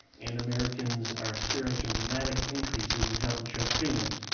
and americans are experiencing dramatic increases in health insurance premiums.